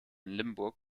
limburg